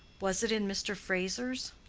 was it in mr. fraser's?